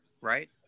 right